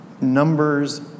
numbers